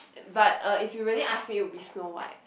but uh if you really ask me it would be Snow-White